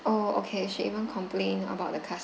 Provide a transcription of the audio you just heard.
oh okay she even complained about the cus~